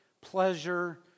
pleasure